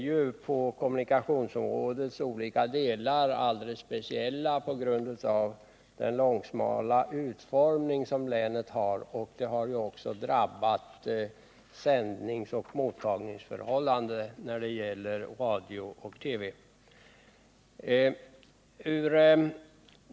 Kommunikationerna i Kalmar län är alldeles speciella på grund av länets långsmala utformning. Detta gäller också sändningsoch mottagningsförhållandena för radio och TV.